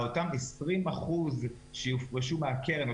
לגבי אותם 20 אחוזים שיופרשו מהקרן,